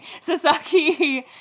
Sasaki